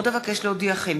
עוד אבקש להודיעכם,